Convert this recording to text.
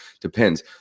depends